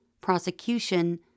prosecution